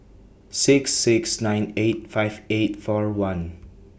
six six nine eight five eight four one